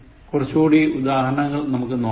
കുറച്ചുകൂടി ഉദാഹരങ്ങൾ നമുക്ക് നോക്കാം